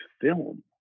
film